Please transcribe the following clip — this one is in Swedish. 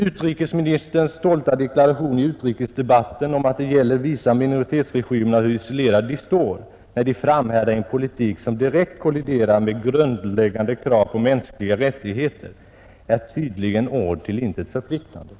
Utrikesministerns stolta deklaration i utrikesdebatten om att det gäller att visa minoritetsregimerna hur isolerade de står, när de framhärdar i en politik som direkt kolliderar med grundläggande krav på mänskliga rättigheter, är tydligen ord till intet förpliktande.